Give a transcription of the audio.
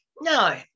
no